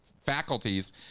faculties